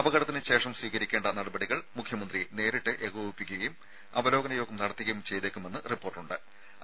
അപകടത്തിന് ശേഷം സ്വീകരിക്കേണ്ട നടപടികൾ മുഖ്യമന്ത്രി നേരിട്ട് ഏകോപിപ്പിക്കുകയും അവലോകന യോഗം നടത്തുകയും ചെയ്തേക്കുമെന്ന് റിപ്പോർട്ടുണ്ട്